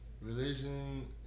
religion